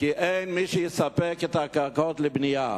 כי אין מי שיספק את הקרקעות לבנייה.